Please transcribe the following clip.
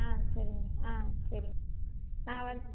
ஆ சரிங்க ஆ சரிங்க நான் வந்து